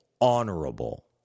honorable